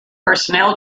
personnel